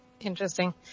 Interesting